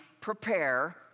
prepare